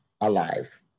alive